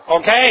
Okay